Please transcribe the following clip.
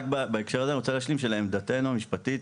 בהקשר הזה אני רוצה להשלים שלעמדתנו המשפטית,